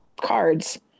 cards